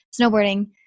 Snowboarding